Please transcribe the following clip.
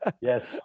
Yes